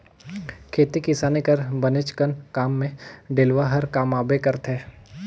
खेती किसानी कर बनेचकन काम मे डेलवा हर काम आबे करथे